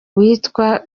witwa